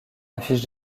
affiche